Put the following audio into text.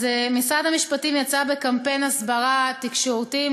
משרד המשפטים יצא בקמפיין הסברה תקשורתי.